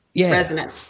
resonant